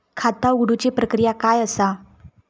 खाता उघडुची प्रक्रिया काय असा?